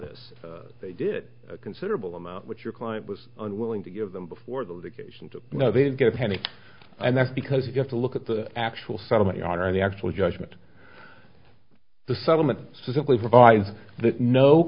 this they did a considerable amount what your client was unwilling to give them before the litigation you know they didn't get a penny and that's because you have to look at the actual settlement on the actual judgment the settlement simply provides that no